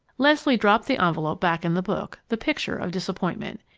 leslie dropped the envelop back in the book, the picture of disappointment.